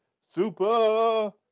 super